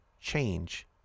Change